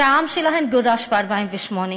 שהעם שלהם גורש ב-1948,